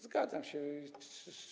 Zgadzam się.